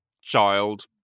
child